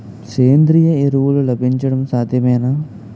సేంద్రీయ ఎరువులు లభించడం సాధ్యమేనా?